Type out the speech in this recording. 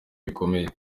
bikomeye